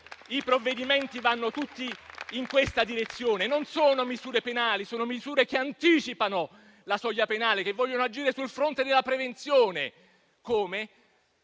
I provvedimenti vanno tutti in questa direzione; non sono misure penali, sono misure che anticipano la soglia penale, che vogliono agire sul fronte della prevenzione. Come?